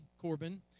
Corbin